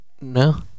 no